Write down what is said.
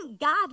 God